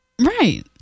Right